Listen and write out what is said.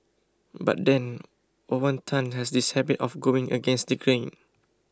but then Owen Tan has this habit of going against the grain